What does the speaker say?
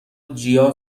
جیا